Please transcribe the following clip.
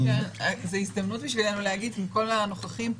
זאת הזדמנות בשבילנו להגיד כאן מול כל הנוכחים פה,